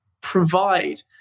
provide